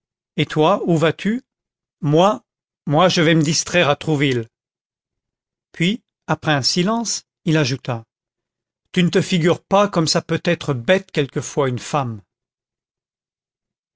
et toi où vas-tu moi moi je vais me distraire à trouville puis après un silence il ajouta tu ne te figures pas comme ça peut être bête quelquefois une femme